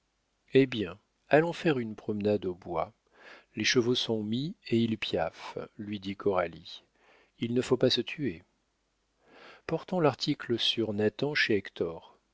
eh bien allons faire une promenade au bois les chevaux sont mis et ils piaffent lui dit coralie il ne faut pas se tuer portons l'article sur